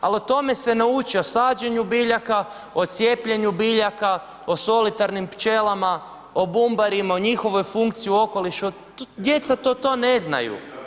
Ali o tome se ne uči, o sađenju biljaka, o cijepljenju biljaka, o solitarnim pčelama, o bumbarima, o njihovoj funkciji u okolišu, djeca to ne znaju.